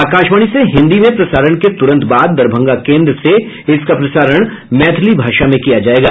आकाशवाणी से हिन्दी में प्रसारण के तुरंत बाद दरभंगा केन्द्र से इसका प्रसारण मैथिली भाषा में किया जायेगा